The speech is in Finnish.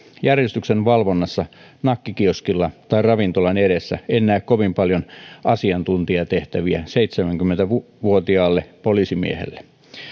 järjestyksenvalvonnassa nakkikioskilla tai ravintolan edessä en näe kovin paljon asiantuntijatehtäviä seitsemänkymmentä vuotiaalle poliisimiehelle